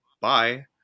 Bye